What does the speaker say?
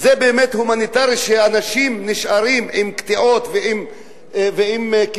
זה באמת הומניטרי שאנשים נשארים עם קטיעות ועם קיצורי